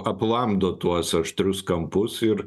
aplamdo tuos aštrius kampus ir